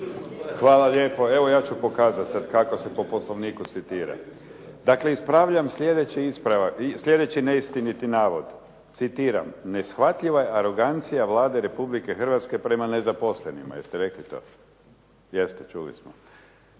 Hvala lijepo. Evo, ja ću pokazati sada kako se po poslovniku citira. Dakle, ispravljam slijedeći neistiniti navod, citiram, "Neshvatljiva je arogancija Vlade Republike Hrvatske prema nezaposlenima.". Jeste rekli to? Jeste, čuli smo.